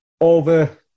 over